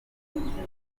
nibura